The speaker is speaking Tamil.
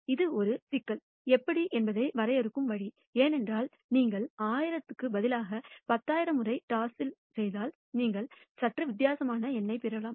இது ஒரு சிக்கல் எப்படி என்பதை வரையறுக்கும் வழி ஏனென்றால் நீங்கள் 1000 க்கு பதிலாக 10000 முறை டாஸில் செய்தால் நீங்கள் சற்று வித்தியாசமான எண்ணைப் பெறலாம்